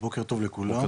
בוקר טוב לכולם,